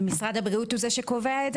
ומשרד הבריאות הוא זה שקובע את זה?